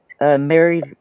Mary